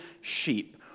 sheep